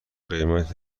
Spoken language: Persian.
قیمت